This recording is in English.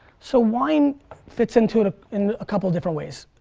so wine fits into it in a couple of different ways.